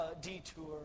detour